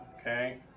okay